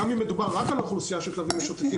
גם אם מדובר רק על אוכלוסייה של כלבים משוטטים,